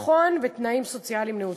לביטחון ולתנאים סוציאליים נאותים.